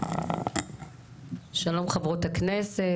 שלום חברות הכנסת.